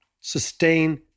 sustain